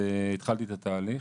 והתחלתי את התהליך.